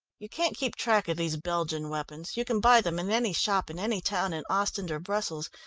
you can't keep track of these belgian weapons. you can buy them in any shop in any town in ostend or brussels,